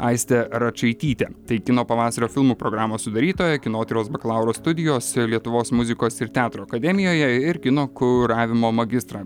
aiste račaityte tai kino pavasario filmų programos sudarytoja kinotyros bakalauro studijos lietuvos muzikos ir teatro akademijoje ir kino kuravimo magistrą